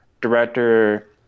director